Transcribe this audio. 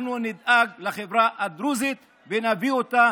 אנחנו נדאג לחברה הדרוזית ונביא אותה